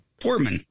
Portman